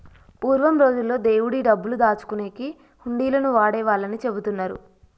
పూర్వం రోజుల్లో దేవుడి డబ్బులు దాచుకునేకి హుండీలను వాడేవాళ్ళని చెబుతున్నరు